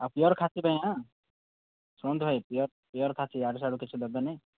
ଆଉ ପିଓର ଖାସି ପାଇଁ ଶୁଣନ୍ତୁ ଭାଇ ପିଓର ପିଓର ଖାସି ଇଆଡ଼ୁସିଆଡ଼ୁ କିଛି ଦେବେନି